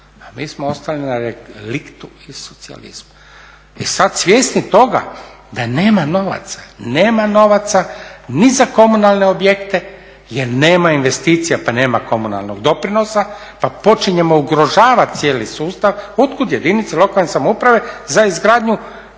a mi smo ostali na … iz socijalizama. I sad svjesni toga da nema novaca, nema novaca ni za komunalne objekte jer nema investicija pa nema komunalnog doprinosa, pa počinjemo ugrožavati cijeli sustav. Otkud jedinici lokalne samouprave za izgradnju